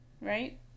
right